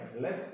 left